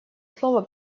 слово